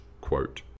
quote